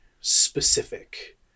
specific